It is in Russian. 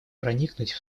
проникнуть